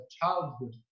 childhood